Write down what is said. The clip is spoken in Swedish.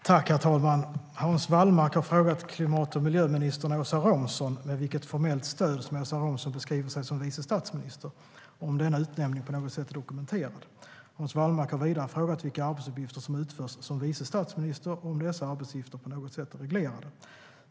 Herr talman! Hans Wallmark har frågat klimat och miljöministern Åsa Romson med vilket formellt stöd som Åsa Romson beskriver sig som vice statsminister och om denna utnämning på något sätt är dokumenterad. Hans Wallmark har vidare frågat vilka arbetsuppgifter som utförs som vice statsminister och om dessa arbetsuppgifter på något sätt är reglerade.